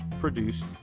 produced